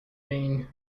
being